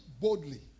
boldly